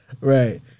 Right